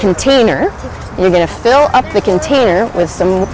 container we're going to fill up the container with some